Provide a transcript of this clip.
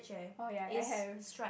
oh ya I have